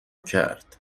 کرد